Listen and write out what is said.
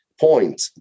point